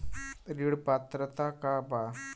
ऋण पात्रता का बा?